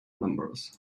numbers